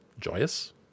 joyous